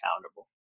accountable